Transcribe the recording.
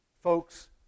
Folks